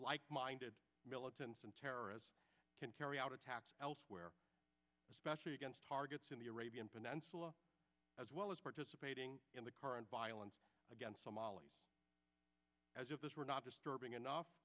like minded militants and terrorists can carry out attacks elsewhere especially against targets in the arabian peninsula as well as participating in the current violence against somalia as if this were not disturbing enough